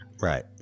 Right